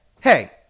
hey